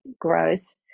growth